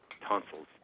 tonsils